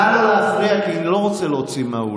נא לא להפריע, כי אני לא רוצה להוציא מהאולם.